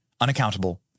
unaccountable